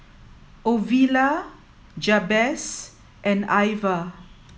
Ovila Jabez and Iva